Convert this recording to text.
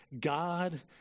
God